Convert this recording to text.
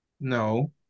No